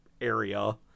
area